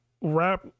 rap